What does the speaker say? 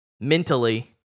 mentally